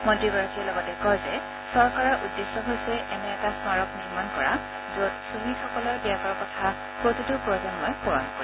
মন্ত্ৰীগৰাকীয়ে লগতে কয় যে চৰকাৰৰ উদ্দেশ্য হৈছে এনে এটা স্মাৰক নিৰ্মাণ কৰা যত শ্বহিদসকলৰ ত্যাগৰ কথা প্ৰতিটো প্ৰজন্মই সোঁৱৰণ কৰিব